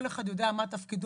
כל אחד יודע מה תפקידו.